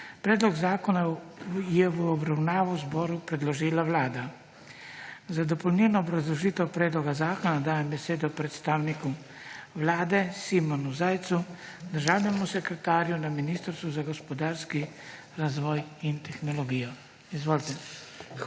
Predlog zakona je v obravnavo zboru predložila Vlada. Za dopolnilno obrazložitev predloga zakona dajem besedo predstavniku Vlade Simonu Zajcu, državnemu sekretarju na Ministrstvu za gospodarski razvoj in tehnologijo. Izvolite.